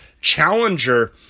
challenger